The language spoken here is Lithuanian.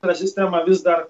ta sistema vis dar